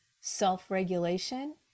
self-regulation